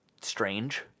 strange